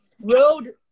road